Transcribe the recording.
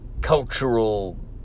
cultural